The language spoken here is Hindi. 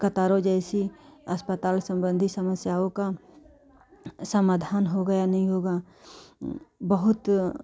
कतारों जैसी अस्पताल संबंधी समस्याओं का समाधान होगा या नहीं होगा बहुत